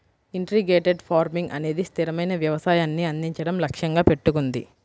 integrated farming అనేది స్థిరమైన వ్యవసాయాన్ని అందించడం లక్ష్యంగా పెట్టుకుంది